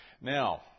Now